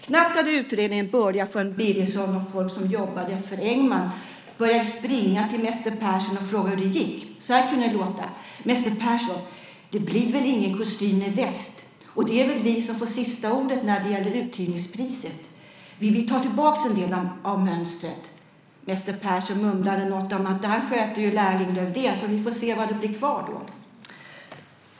Knappt hade utredningen börjat förrän Birgersson och folk som jobbade för Engman började springa till mäster Persson och fråga hur det gick. Så här kunde det låta: Mäster Persson - det blir väl ingen kostym med väst? Och det är väl vi som får sista ordet när det gäller uthyrningspriset? Vi vill ta tillbaka en del av mönstret! Mäster Persson mumlade något om att det här sköter ju lärling Lövdén, så vi får se vad som blir kvar.